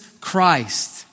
Christ